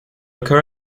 occur